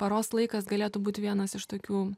paros laikas galėtų būt vienas iš tokių